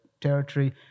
territory